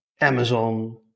Amazon